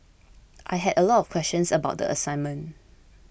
I had a lot of questions about the assignment